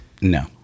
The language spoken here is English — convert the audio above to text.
No